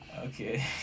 Okay